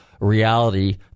reality